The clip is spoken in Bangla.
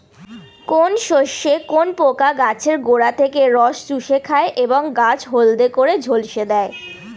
কোন শস্যে কোন পোকা গাছের গোড়া থেকে রস চুষে খায় এবং গাছ হলদে করে ঝলসে দেয়?